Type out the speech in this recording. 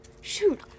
shoot